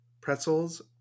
pretzels